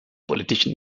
politischen